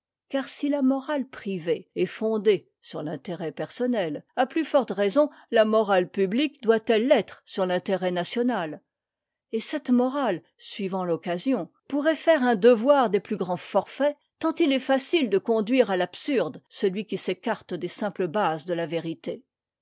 car si la morale privée est fondée sur l'intérêt personnel à plus forte raison la morale publique doit-elle l'être sur l'intérêt national et cette morale suivant l'occasion pourrait faire un devoir des plus grands forfaits tant il est facile de conduire à l'absurde celui qui s'écarte des simples bases de la vérité